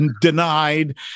denied